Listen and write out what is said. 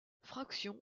fractions